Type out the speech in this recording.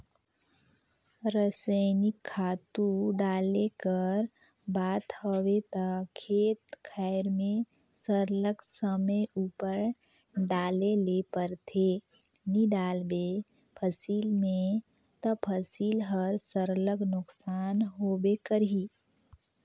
रसइनिक खातू डाले कर बात हवे ता खेत खाएर में सरलग समे उपर डाले ले परथे नी डालबे फसिल में ता फसिल हर सरलग नोसकान होबे करही